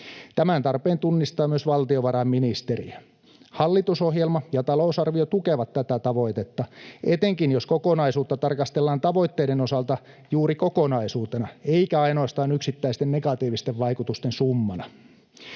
Tämän tarpeen tunnistaa myös valtiovarainministeriö. Hallitusohjelma ja talousarvio tukevat tätä tavoitetta, etenkin jos kokonaisuutta tarkastellaan tavoitteiden osalta juuri kokonaisuutena eikä ainoastaan yksittäisten negatiivisten vaikutusten summana.